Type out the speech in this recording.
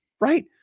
Right